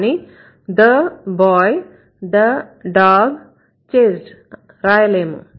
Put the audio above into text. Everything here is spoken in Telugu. కానీ the boy the dog chased రాయలేము